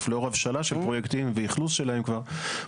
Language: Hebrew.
לאור הבשלה של פרויקטים ואכלוס שלהם כבר,